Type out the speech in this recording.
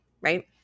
right